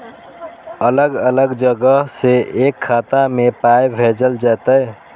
अलग अलग जगह से एक खाता मे पाय भैजल जेततै?